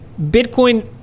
Bitcoin